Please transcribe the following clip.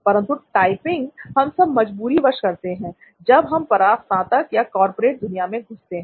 परंतु टाइपिंग हम सब मजबूरी वश करते हैं जब हम परास्नातक या कारपोरेट दुनिया में घुसते हैं